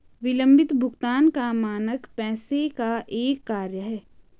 विलम्बित भुगतान का मानक पैसे का एक कार्य है